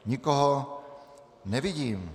Nikoho nevidím.